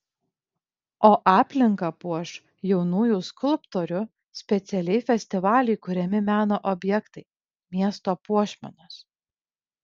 o aplinką puoš jaunųjų skulptorių specialiai festivaliui kuriami meno objektai miesto puošmenos